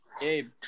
Gabe